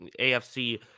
AFC